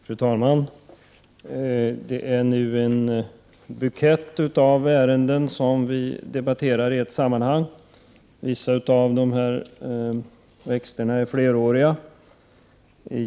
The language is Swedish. Fru talman! Det är en bukett av ärenden som vi debatterar i ett sammanhang på slutet. Vissa av växterna i buketten är fleråriga.